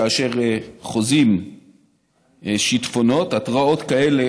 כאשר חוזים שיטפונות התראות כאלה